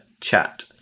chat